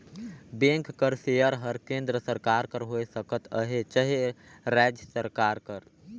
bank कर share हर केन्द्र सरकार कर होए सकत अहे चहे राएज सरकार कर